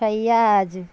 Fayyaz